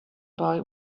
boy